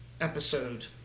episode